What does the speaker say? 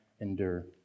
endure